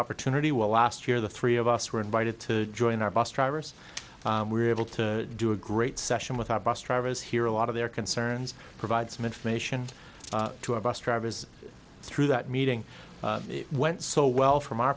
opportune well last year the three of us were invited to join our bus drivers were able to do a great session with our bus drivers hear a lot of their concerns provide some information to our bus drivers through that meeting it went so well from